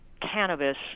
cannabis